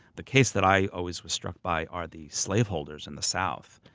the case that i always was struck by are the slave holders in the south.